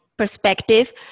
perspective